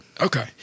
Okay